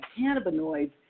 cannabinoids